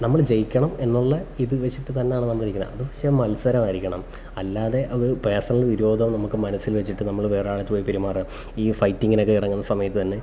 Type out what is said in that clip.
നമ്മൾ ജയിക്കണം എന്നുള്ള ഇതു വെച്ചിട്ട് തന്നെയാണ് നമ്മളിരിക്കണെ അതു പക്ഷെ മത്സരമായിരിക്കണം അല്ലാതെ അതു പേർസണൽ വിരോധമോ നമുക്ക് മനസ്സിൽ വെച്ചിട്ട് നമ്മൾ വേറൊരാളുടെയടുത്തു പോയി പെരുമാറുക ഈ ഫൈറ്റിങ്ങിനൊക്കെ ഇറങ്ങുന്ന സമയത്തു തന്നെ